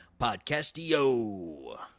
Podcastio